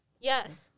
Yes